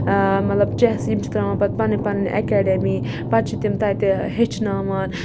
ٲں مطلب چٮَس یِم چھِ تراوان پَتہٕ پَنٕنۍ پَنٕنۍ ایٚکڈمی پَتہٕ چھِ تِم تَتہِ ہیٚچھناوان